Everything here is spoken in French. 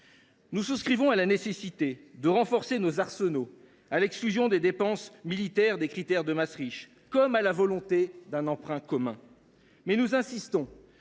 Nous souscrivons à la nécessité de renforcer nos arsenaux, à l’idée d’exclure les dépenses militaires des critères de Maastricht, comme à la volonté d’un emprunt commun. Mais nous insistons